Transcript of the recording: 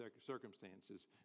circumstances